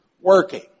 working